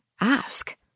ask